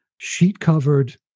sheet-covered